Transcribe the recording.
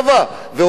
ואותנו,